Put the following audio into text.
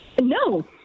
No